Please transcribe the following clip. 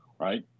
right